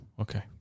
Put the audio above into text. okay